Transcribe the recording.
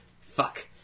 fuck